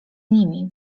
nimi